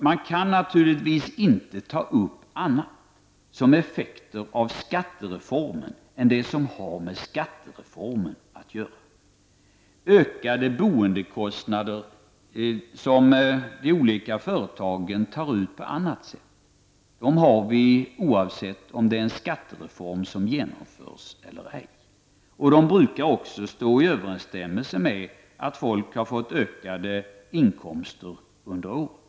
Man kan naturligtvis inte ta upp andra effekter än de som har med skattereformen att göra. Ökade boendekostnader som de olika företagen tar ut på annat sätt kommer att finnas oavsett om skattereformer genomförs eller ej. De brukar också stå i överensstämmelse med att folk har fått ökade inkomster under året.